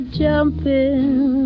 jumping